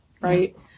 right